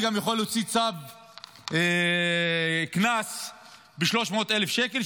וגם יכול להוציא קנס ב-300,000 שקלים,